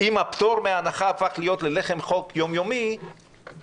אם הפטור מחובת הנחה הפך להיות לחם חוק יומיומי אז,